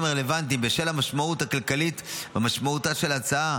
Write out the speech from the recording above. הרלוונטיים בשל המשמעות הכלכלית ומשמעותה של ההצעה,